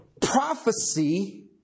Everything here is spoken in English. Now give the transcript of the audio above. Prophecy